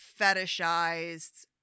fetishized